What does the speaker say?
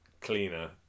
cleaner